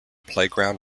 playground